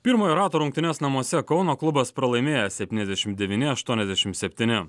pirmojo rato rungtynes namuose kauno klubas pralaimėjo septyniasdešimt devyni aštuoniasdešimt septyni